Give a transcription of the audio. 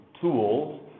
tools